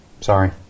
sorry